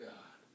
God